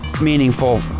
meaningful